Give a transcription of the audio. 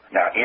Now